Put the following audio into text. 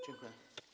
Dziękuję.